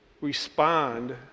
respond